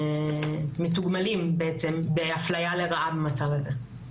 מתוגמלים בעצם באפליה ברעה במצב הזה.